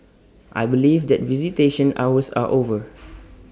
I believe that visitation hours are over